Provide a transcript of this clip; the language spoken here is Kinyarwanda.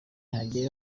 hagiye